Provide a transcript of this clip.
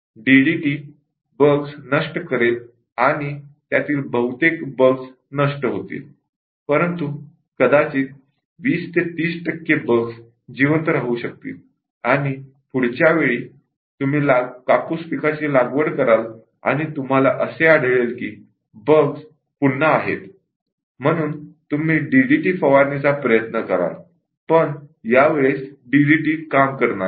DDT bugs नष्ट करेल त्यातील बहुतेक बग्स नष्ट होतील परंतु कदाचित जवळजवळ २० 30 टक्के जिवंत राहू शकतील आणि पुढच्या वेळी तुम्ही कापूस पिकाची लागवड कराल आणि तुम्हाला असे आढळेल की बग पुन्हा आहेत म्हणून तुम्ही डीडीटी फवारणीचा प्रयत्न कराल पण डीडीटी काम करणार नाही